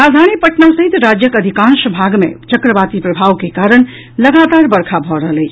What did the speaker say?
राजधानी पटना सहित राज्यक अधिकांश भाग मे चक्रवाती प्रभाव के कारण लगातार वर्षा भऽ रहल अछि